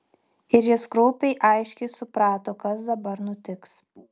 ir jis kraupiai aiškiai suprato kas dabar nutiks